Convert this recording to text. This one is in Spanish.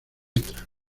ntra